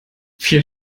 wir